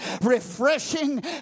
refreshing